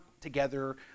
together